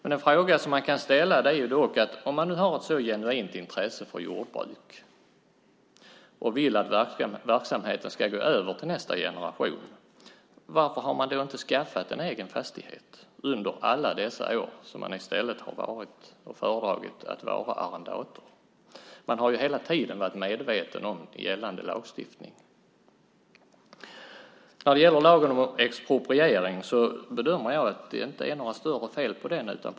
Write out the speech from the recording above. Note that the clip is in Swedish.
En fråga som man kan ställa är dock: Om man nu har ett så genuint intresse för jordbruk och vill att verksamheten ska gå över till nästa generation, varför har man då inte skaffat en egen fastighet under alla de år som man i stället har föredragit att vara arrendator? Man har hela tiden varit medveten om gällande lagstiftning. När det gäller lagen om expropriering bedömer jag att det inte är några större fel på den.